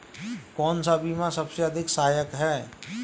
कौन सा बीमा सबसे अधिक सहायक है?